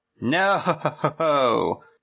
No